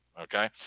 okay